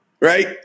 right